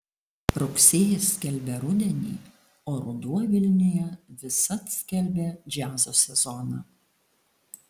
rugsėjis skelbia rudenį o ruduo vilniuje visad skelbia džiazo sezoną